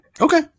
Okay